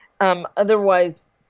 Otherwise